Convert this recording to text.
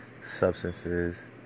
substances